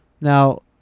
Now